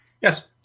Yes